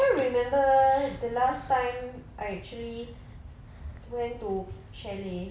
I can't remember the last time I actually went to chalet